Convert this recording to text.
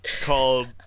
called